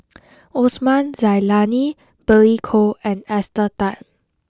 Osman Zailani Billy Koh and Esther Tan